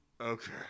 Okay